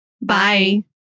Bye